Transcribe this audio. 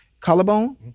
Collarbone